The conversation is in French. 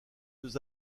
deux